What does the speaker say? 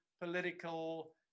political